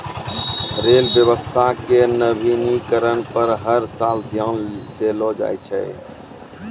rail व्यवस्था के नवीनीकरण पर हर साल ध्यान देलो जाय छै